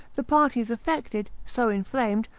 the parties affected, so inflamed,